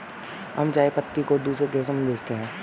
हम चाय पत्ती को दूसरे देशों में भेजते हैं